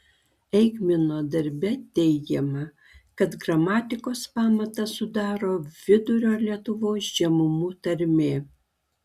eigmino darbe teigiama kad gramatikos pamatą sudaro vidurio lietuvos žemumų tarmė